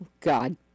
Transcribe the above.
god